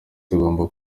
tugomba